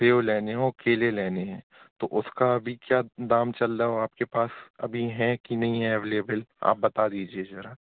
save लेने है औ केले लेने है तो उसका अभी क्या दाम चल रहा है और आपके पास अभी हैं कि नहीं हैं अवेलेबल आप बता दीजिए जरा